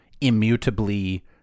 immutably